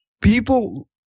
people